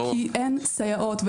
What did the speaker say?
אלא כי אין סייעות.